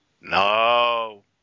No